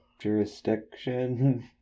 jurisdiction